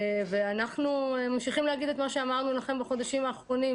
אנחנו ממשיכים להגיד לכם את מה שאמרנו בחודשים האחרונים,